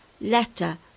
letter